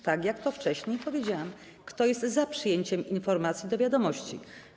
Tak jak to wcześniej powiedziałam: Kto jest za przyjęciem informacji do wiadomości.